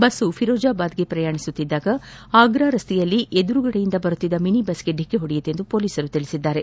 bus ಫಿರೋಜಾಬಾದ್ಗೆ ಪ್ರಯಾಣಿಸುತ್ತಿದ್ದಾಗ ಆಗ್ರಾ ರಸ್ತೆಯಲ್ಲಿ ಎದುರಿನಿಂದ ಬರುತ್ತಿದ್ದ ಮಿನಿ ಬಸ್ಗೆ ಡಿಕ್ಕಿ ಹೊಡೆಯಿತು ಎಂದು ಹೊಲೀಸರು ತಿಳಿಸಿದ್ದಾರೆ